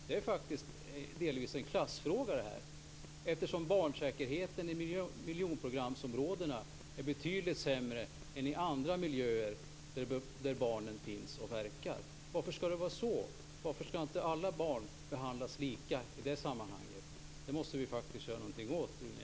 Detta är faktiskt delvis en klassfråga, eftersom barnsäkerheten i miljonprogramområdena är betydligt sämre än i andra miljöer där barnen finns och verkar. Varför skall det vara så? Varför skall inte alla barn behandlas lika i det sammanhanget? Detta måste vi faktiskt göra någonting åt, Rune